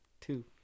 two